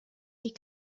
die